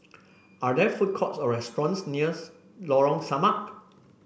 are there food courts or restaurants nears Lorong Samak